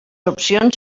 opcions